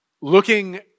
looking